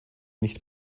nicht